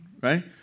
right